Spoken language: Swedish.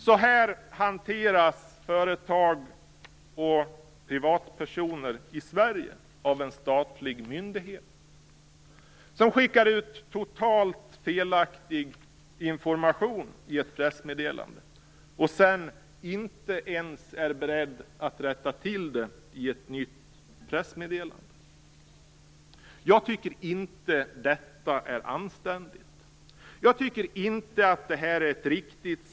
Så här hanteras företag och privatpersoner i Sverige av en statlig myndighet. Man skickar ut totalt felaktig information i ett pressmeddelande och är sedan inte ens beredd att rätta till det i ett nytt pressmeddelande. Detta är inte anständigt.